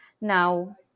Now